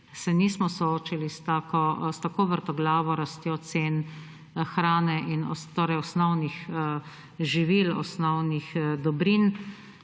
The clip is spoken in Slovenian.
se nismo soočili s tako vrtoglavo rastjo cen hrane, torej osnovnih živil, osnovnih dobrin.